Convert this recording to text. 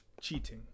cheating